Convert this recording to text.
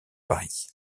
paris